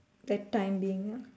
that time being